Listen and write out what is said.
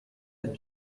êtes